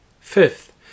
Fifth